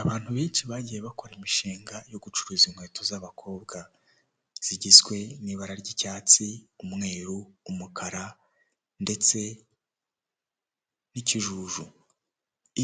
Abantu benshi bagiye bakora imishinga yo gucuruza inkweto z'abakobwa, zigizwe n'ibara ry'icyatsi, umweru, umukara ndetse n'ikijuju.